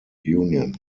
union